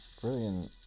Brilliant